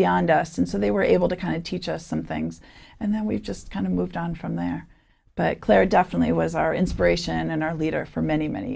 beyond us and so they were able to kind of teach us some things and then we've just kind of moved on from there but claire definitely was our inspiration and our leader for many many